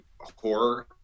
horror